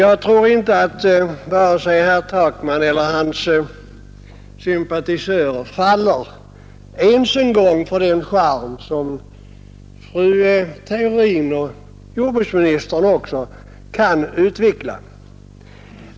Jag tror inte att vare sig herr Takman eller hans sympatisörer faller ens för den charm som fru Theorin och även jordbruksministern kan utveckla.